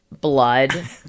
blood